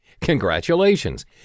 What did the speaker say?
Congratulations